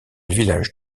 village